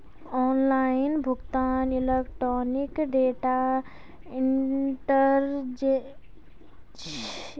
online भुगतान electronic data interchange के उप घटक के रूप में भी जाना जाता है